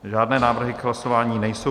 Žádné návrhy k hlasování nejsou.